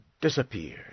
disappeared